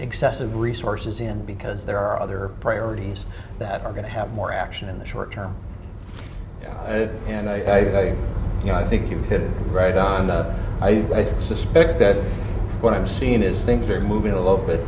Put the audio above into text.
excessive resources in because there are other priorities that are going to have more action in the short term and i you know i think you hit it right on and i suspect that what i'm seeing is things are moving a little bit